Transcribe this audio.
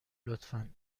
لطفا